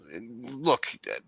look